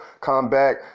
comeback